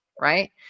right